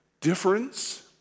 difference